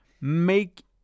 make